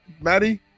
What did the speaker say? Maddie